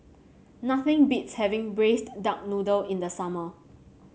nothing beats having Braised Duck Noodle in the summer